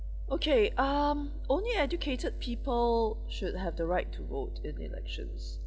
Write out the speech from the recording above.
okay um only educated people should have the right to vote in elections